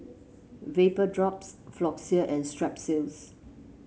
Vapodrops Floxia and Strepsils